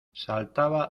saltaba